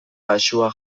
baxua